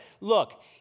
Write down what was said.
look